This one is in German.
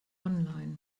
online